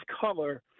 color